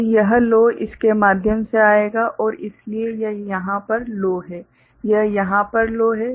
तो यह लो इसके माध्यम से आएगा और इसलिए यह यहाँ पर लो है यह यहाँ पर लो है